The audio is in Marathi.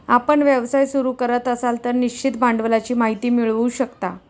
आपण व्यवसाय सुरू करत असाल तर निश्चित भांडवलाची माहिती मिळवू शकता